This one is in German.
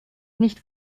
nicht